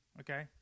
Okay